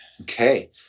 Okay